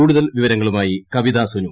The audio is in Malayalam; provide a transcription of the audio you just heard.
കൂടുതൽ വിവരങ്ങളുമായി കവിത സുനു